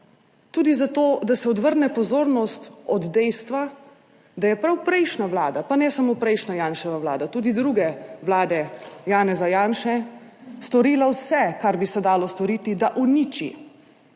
tudi zato, da se odvrne pozornost od dejstva, da je prav prejšnja Vlada, pa ne samo prejšnja, Janševa Vlada, tudi druge vlade Janeza Janše, storila vse, kar bi se dalo storiti, da uniči